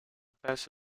perso